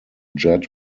jet